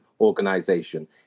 organization